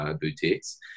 boutiques